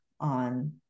on